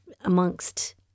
amongst